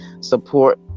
support